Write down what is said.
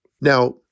now